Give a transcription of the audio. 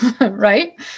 Right